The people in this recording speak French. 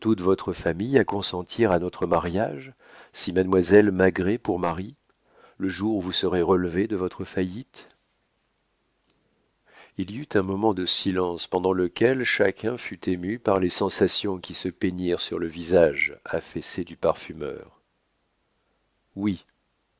votre famille à consentir à notre mariage si mademoiselle m'agrée pour mari le jour où vous serez relevé de votre faillite il y eut un moment de silence pendant lequel chacun fut ému par les sensations qui se peignirent sur le visage affaissé du parfumeur oui